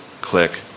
Click